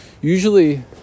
usually